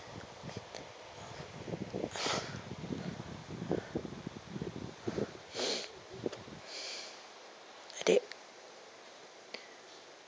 adik